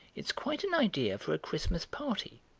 it's quite an idea for a christmas party,